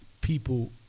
people